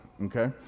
Okay